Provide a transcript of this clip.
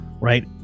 right